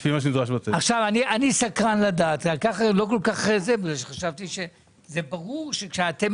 איך נצרת יצאה החוצה כשיש